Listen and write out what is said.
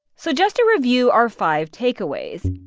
so just to review our five takeaways